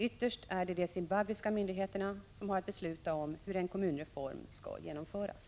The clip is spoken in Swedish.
Ytterst är det de zimbabwiska myndigheterna som har att besluta om hur en kommunreform skall genomföras.